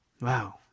Wow